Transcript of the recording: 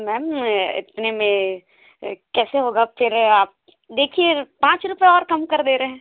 ma'am इतने में कैसे होगा आप कह रहे हो आप देखिए पाँच रुपये और कम कर दे रहे हैं